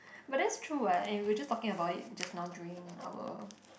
but that's true [what] and we were just talking about it just now during our